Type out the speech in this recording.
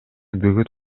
бөгөт